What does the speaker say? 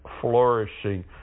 flourishing